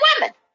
women